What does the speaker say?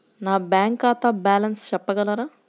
నా బ్యాంక్ ఖాతా బ్యాలెన్స్ చెప్పగలరా?